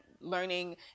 learning